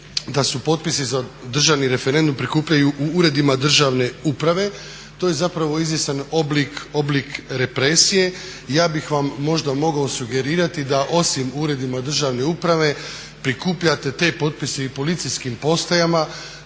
"Da su potpisi za državni referendum prikupljaju u Uredima državne uprave." To je zapravo izvjestan oblik represije. Ja bih vam možda mogao sugerirati da osim u Uredima državne uprave prikupljate te potpise i u policijskim postajama,